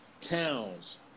Towns